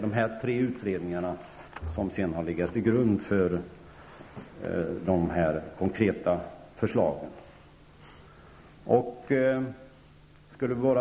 Dessa tre utredningar har sedan legat till grund för de konkreta förslagen.